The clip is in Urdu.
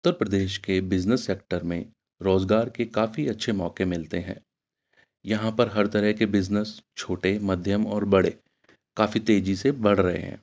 اتر پردیش کے بزنس سیکٹر میں روزگار کے کافی اچھے موقعے ملتے ہیں یہاں پر ہر طرح کے بزنس چھوٹے مدھیم اور بڑے کافی تیزی سے بڑھ رہے ہیں